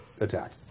attack